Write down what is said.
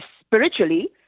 spiritually